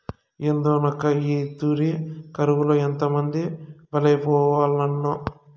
ఏందోనక్కా, ఈ తూరి కరువులో ఎంతమంది బలైపోవాల్నో